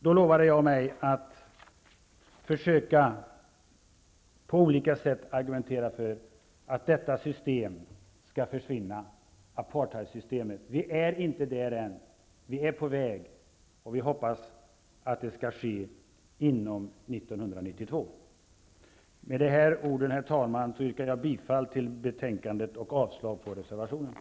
Då lovade jag mig att på olika sätt försöka argumentera för att detta system, apartheidsystemet, skulle försvinna. Vi är ännu inte där -- vi är på väg, och vi hoppas att det skall ske under 1992. Med dessa ord yrkar jag, herr talman, bifall till utskottets hemställan i betänkandet och avslag på reservationerna.